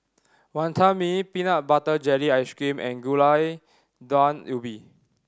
Wonton Mee peanut butter jelly ice cream and Gulai Daun Ubi